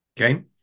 okay